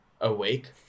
awake